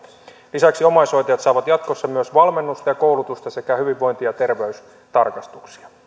lisäksi omaishoitajat saavat jatkossa myös valmennusta ja koulutusta sekä hyvinvointi ja terveystarkastuksia